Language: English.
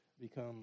become